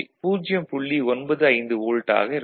95 volt ஆக இருக்கும்